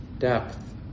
depth